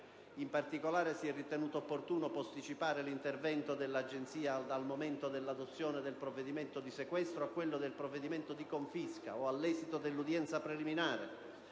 In particolare, si è ritenuto opportuno posticipare l'intervento dell'Agenzia dal momento dell'adozione del provvedimento di sequestro a quello del provvedimento di confisca o all'esito dell'udienza preliminare.